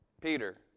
Peter